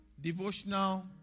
Devotional